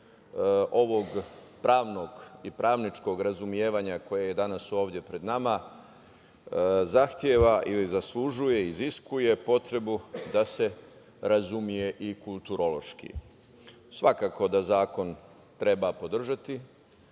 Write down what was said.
ovog pravnog i pravničkog razumevanja koje je danas ovde pred nama, zahteva ili zaslužuje, iziskuje potrebu da se razume i kulturološki. Svakako da zakon treba podržati,